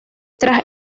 tras